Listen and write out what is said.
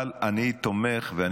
אבל אני תומך,